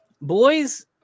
boys